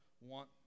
want